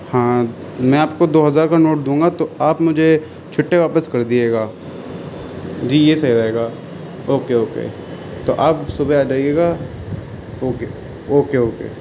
ہاں میں آپ کو دو ہزار کا نوٹ دوں گا تو آپ مجھے چھٹے واپس کر دیجیے گا جی یہ صحیح رہے گا اوکے اوکے تو آپ صبح آ جائیے گا اوکے اوکے اوکے